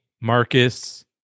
Marcus